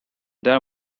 their